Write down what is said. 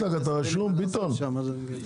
אין לי מה לעשות שם.